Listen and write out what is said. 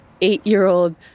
eight-year-old